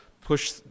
push